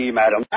madam